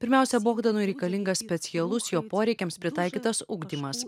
pirmiausia bogdanui reikalingas specialus jo poreikiams pritaikytas ugdymas